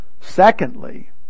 Secondly